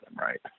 right